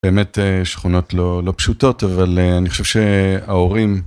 באמת שכונות לא פשוטות, אבל אני חושב שההורים...